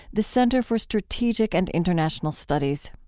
the center for strategic and international studies.